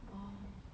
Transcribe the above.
orh